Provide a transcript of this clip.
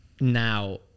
now